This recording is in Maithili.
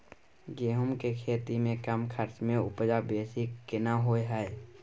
गेहूं के खेती में कम खर्च में उपजा बेसी केना होय है?